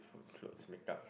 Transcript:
food clothes make up